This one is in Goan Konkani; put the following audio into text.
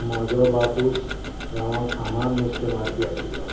म्हजो बापुस गांवाक फामार्द नुस्तें मारपी आशिल्लो